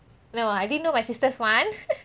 no I didn't know my sisters one